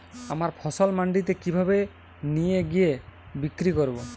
আমার ফসল মান্ডিতে কিভাবে নিয়ে গিয়ে বিক্রি করব?